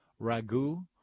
ragu